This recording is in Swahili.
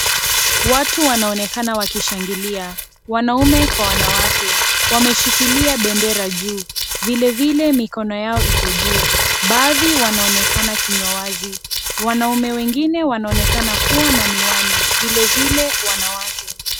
Watu wanaonekana wakishangalia, wanaume kwa wanawake. Wameshikilia bendera juu, vilevile mikono yao iko juu. Baadhi wanaonekana kinywa wazi, wanaume wanaonekana kuwa na miwani vilevile wanawake.